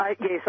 Yes